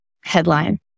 headline